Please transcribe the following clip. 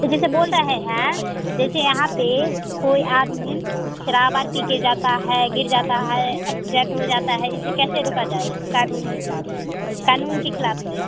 तो जैसे बोल रहे हैं जैसे यहाँ पर कोई आदमी शराब वाब पी कर जाता है गिर जाता है एक्सीडेंट हो जाता है इसे कैसे रोका जाए क़ानूनी क़ानून के ख़िलाफ़ से